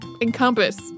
encompass